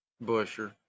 Busher